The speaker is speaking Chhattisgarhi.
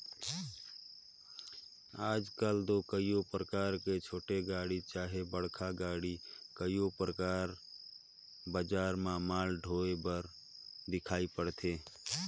आएज काएल दो कइयो परकार कर छोटे गाड़ी चहे बड़खा गाड़ी कइयो परकार बजार में माल डोहे बर दिखई परथे